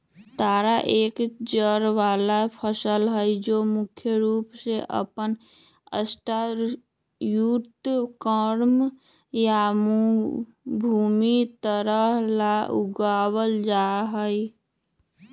तारा एक जड़ वाला फसल हई जो मुख्य रूप से अपन स्टार्चयुक्त कॉर्म या भूमिगत तना ला उगावल जाहई